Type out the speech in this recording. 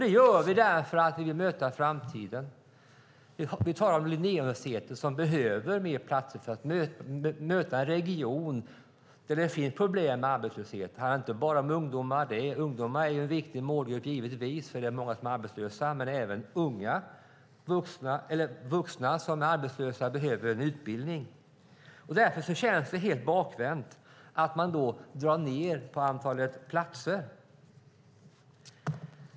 Det här gör vi för att vi vill möta framtiden. Vi talar om Linnéuniversitetet, som behöver fler platser för att möta behoven i en region där det finns problem med arbetslöshet. Det handlar inte bara om ungdomar. Ungdomar är givetvis en viktig målgrupp, för det är många som är arbetslösa. Men även vuxna som är arbetslösa behöver en utbildning. Därför känns det helt bakvänt att man drar ned på antalet platser.